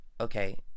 Okay